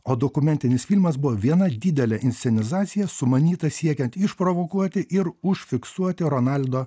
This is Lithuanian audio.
o dokumentinis filmas buvo viena didelė inscenizacija sumanyta siekiant išprovokuoti ir užfiksuoti ronaldo